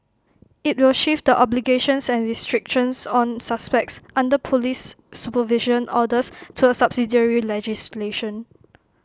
IT will shift the obligations and restrictions on suspects under Police supervision orders to A subsidiary legislation